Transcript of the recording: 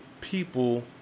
people